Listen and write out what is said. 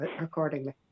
accordingly